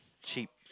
sheep